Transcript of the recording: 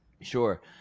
Sure